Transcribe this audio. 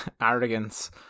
arrogance